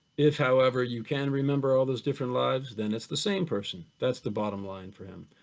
if however, you can remember all those different lives, then it's the same person. that's the bottom line for him.